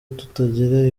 tutagira